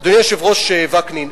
אדוני היושב-ראש וקנין,